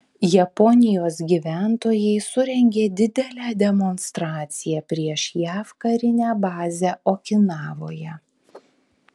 japonijos gyventojai surengė didelę demonstraciją prieš jav karinę bazę okinavoje